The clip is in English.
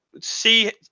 See